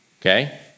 okay